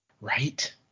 Right